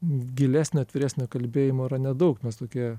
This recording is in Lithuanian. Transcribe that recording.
gilesnio atviresnio kalbėjimo yra nedaug mes tokie